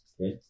Okay